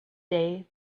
day